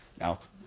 out